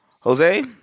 Jose